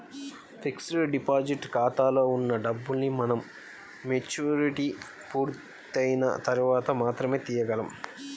fixed deposit ఖాతాలో ఉన్న డబ్బుల్ని మనం మెచ్యూరిటీ పూర్తయిన తర్వాత మాత్రమే తీయగలం